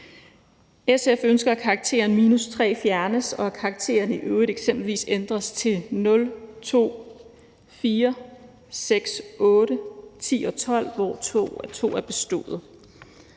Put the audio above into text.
SF ønsker, at karakteren -3 fjernes, og at karaktererne i øvrigt eksempelvis ændres til 0, 2, 4, 6, 8, 10 og 12, hvor 2 er bestået.